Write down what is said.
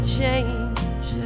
change